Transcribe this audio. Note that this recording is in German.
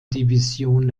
division